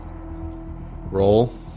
roll